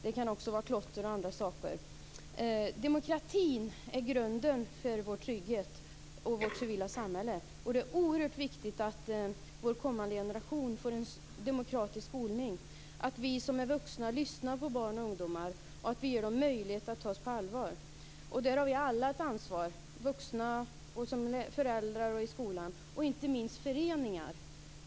Det kan också vara klotter och andra saker. Demokratin är grunden för vår trygghet och vårt civila samhälle. Det är oerhört viktigt att den kommande generationen får en demokratisk skolning, att vi som är vuxna lyssnar på barn och ungdomar och att vi ger dem möjlighet att ta oss på allvar. Där har vi alla vuxna ett ansvar som föräldrar och i skolan, och inte minst i föreningar.